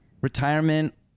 retirement